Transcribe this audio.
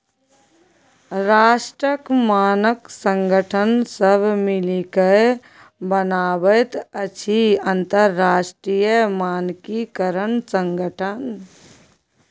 राष्ट्रक मानक संगठन सभ मिलिकए बनाबैत अछि अंतरराष्ट्रीय मानकीकरण संगठन